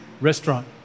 restaurant